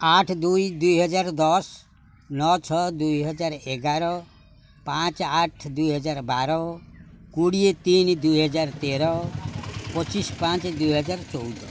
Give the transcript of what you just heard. ଆଠ ଦୁଇ ଦୁଇ ହଜାର ଦଶ ନଅ ଛଅ ଦୁଇ ହଜାର ଏଗାର ପାଞ୍ଚ ଆଠ ଦୁଇହଜାର ବାର କୋଡ଼ିଏ ତିନି ଦୁଇ ହଜାର ତେର ପଚିଶ ପାଞ୍ଚ ଦୁଇ ହଜାର ଚଉଦ